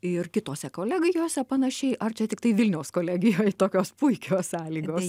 ir kitose kolegijose panašiai ar čia tiktai vilniaus kolegijoj tokios puikios sąlygos